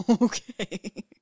Okay